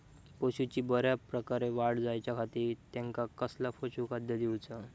पशूंची बऱ्या प्रकारे वाढ जायच्या खाती त्यांका कसला पशुखाद्य दिऊचा?